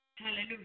Hallelujah